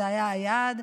זה היה יעד,